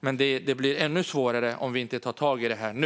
Och det blir ännu svårare om vi inte tar tag i det nu.